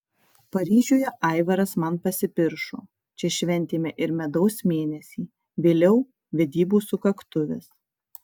paryžiuje aivaras man pasipiršo čia šventėme ir medaus mėnesį vėliau vedybų sukaktuves